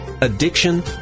addiction